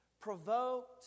provoked